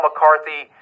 McCarthy